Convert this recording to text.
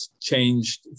changed